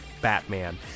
Batman